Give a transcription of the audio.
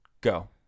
go